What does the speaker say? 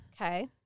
Okay